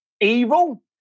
Evil